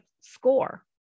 SCORE